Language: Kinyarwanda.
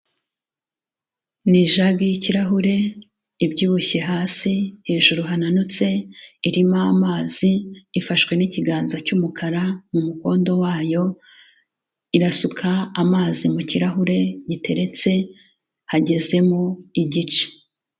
Ni ijage y'ikirahure ibyibushye hasi, hejuru hananutse, irimo amazi, ifashwe n'ikiganza cy'umukara mu mukondo wayo, irasuka amazi mu kirahure giteretse hagezemo igice.